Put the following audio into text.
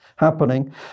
Happening